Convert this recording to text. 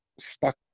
stuck